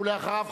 ואחריו,